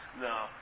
No